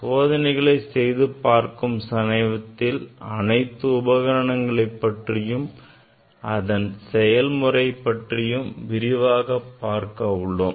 சோதனைகள் செய்து பார்க்கும் சமயத்தில் அனைத்து உபகரணங்களை பற்றியும் அதன் செயல்முறை பற்றியும் விரிவாக பார்க்க உள்ளோம்